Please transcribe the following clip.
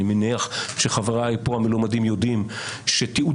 אני מניח שחבריי המלומדים פה יודעים שתיעוד